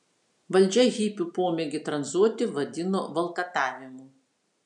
valdžia hipių pomėgį tranzuoti vadino valkatavimu